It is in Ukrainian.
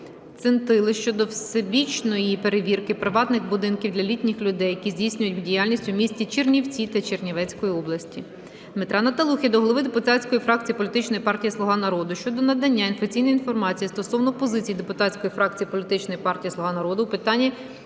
Цинтили щодо всебічної перевірки приватних будинків для літніх людей, які здійснюють діяльність у місті Чернівці та Чернівецькій області. Дмитра Наталухи до голови депутатської фракції політичної партії "Слуга Народу" щодо надання офіційної інформації стосовно позиції депутатської фракції політичної партії "Слуга Народу" у питанні